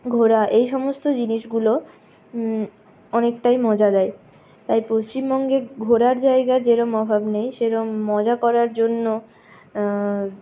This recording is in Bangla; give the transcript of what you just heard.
ঘোরা এই সমস্ত জিনিসগুলো অনেকটাই মজা দেয় তাই পশ্চিমবঙ্গে ঘোরার জায়গার যেরকম অভাব নেই সেরকম মজা করার জন্য